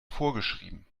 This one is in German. vorgeschrieben